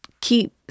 keep